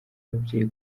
ababyeyi